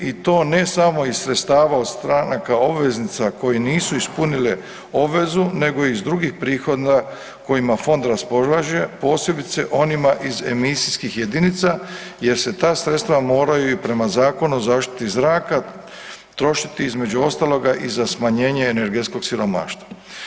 I to ne samo iz sredstava od stranaka obveznica koje nisu ispunile obvezu nego iz drugih prihoda kojima fond raspolaže, posebice onima iz emisijskih jedinica jer se ta sredstva moraju i prema Zakonu o zaštiti zraka trošiti između ostaloga i za smanjenje energetskog siromaštva.